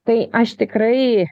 tai aš tikrai